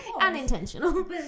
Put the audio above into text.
unintentional